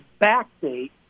backdate